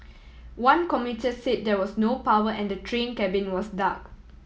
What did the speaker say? one commuter say there was no power and the train cabin was dark